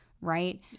right